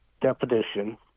definition